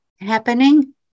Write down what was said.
happening